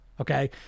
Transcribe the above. okay